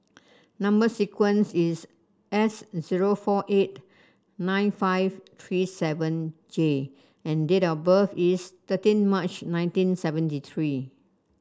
number sequence is S zero four eight nine five three seven J and date of birth is thirteen March nineteen seventy three